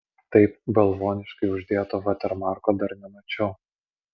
taip balvoniškai uždėto vatermarko dar nemačiau